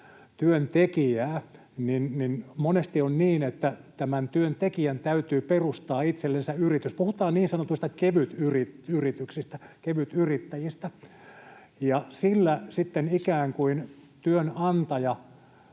työntekijää, niin monesti on niin, että tämän työntekijän täytyy perustaa itsellensä yritys. Puhutaan niin sanotuista kevytyrityksistä, kevytyrittäjistä. Sillä ikään kuin työnantaja